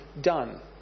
done